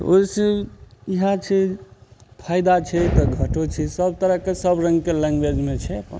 तऽ ओइसँ इएह छै फायदा छै तऽ घटो छै सब तरहके सब रङ्गके लैंग्वेजमे छै अपन